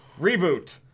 reboot